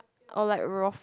or like rofl